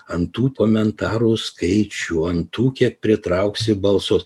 ant tų komentarų skaičių ant tų kiek pritrauksi balsus